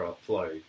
flow